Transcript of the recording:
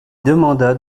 demanda